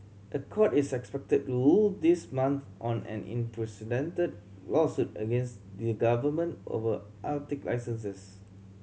a court is expected to rule this month on an lawsuit against the government over Arctic licenses